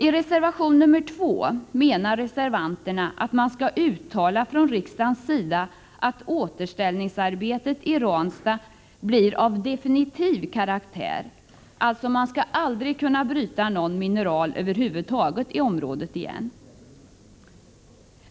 I reservation 2 skriver reservanterna att riksdagen bör uttala att återställningsarbetet i Ranstad blir av definitiv karaktär, dvs. att inga mineral över huvud taget skall kunna brytas i området i fortsättningen.